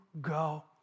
go